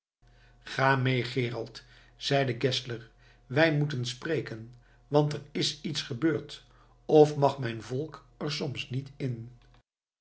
ga mee gerold zeide geszler wij moeten spreken want er is iets gebeurd of mag mijn volk er soms niet in